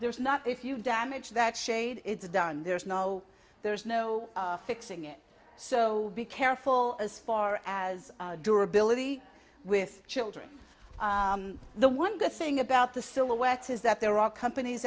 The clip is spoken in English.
there's not if you damage that shade it's done there's no there's no fixing it so be careful as far as dura billet with children the one good thing about the silhouette is that there are companies